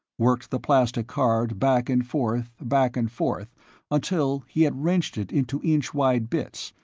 worked the plastic card back and forth, back and forth until he had wrenched it into inch-wide bits,